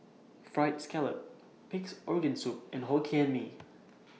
Fried Scallop Pig'S Organ Soup and Hokkien Mee